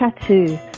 Tattoo